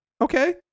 okay